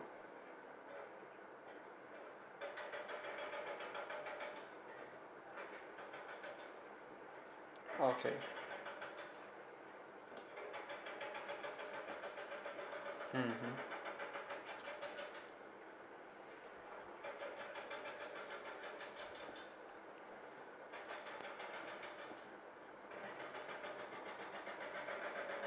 okay mmhmm